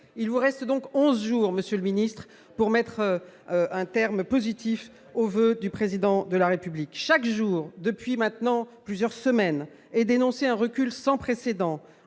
Il vous reste donc onze jours, monsieur le ministre, pour donner une suite positive au voeu du Président de la République. Chaque jour, depuis maintenant plusieurs semaines, un recul sans précédent